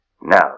Now